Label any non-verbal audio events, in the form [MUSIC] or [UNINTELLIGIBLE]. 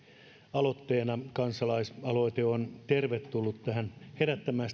aloitteena kansalaisaloite on tervetullut herättämään [UNINTELLIGIBLE]